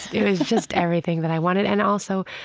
it was just everything that i wanted. and also,